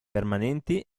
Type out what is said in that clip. permanenti